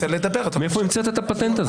מאיפה המצאת את הפטנט הזה?